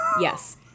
yes